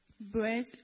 bread